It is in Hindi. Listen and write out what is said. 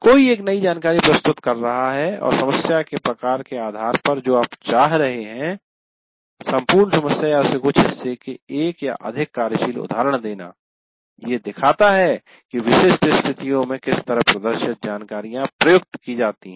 कोई एक नई जानकारी प्रस्तुत कर रहा है और समस्या के प्रकार के आधार पर जो आप चाह रहे है सम्पूर्ण समस्या या इसका कुछ हिस्से के एक या अधिक कार्यशील उदहारण देना ये दिखाता है कि विशिष्ट स्थितियों में किस तरह प्रदर्शित जानकारियां प्रयुक्त की जाती है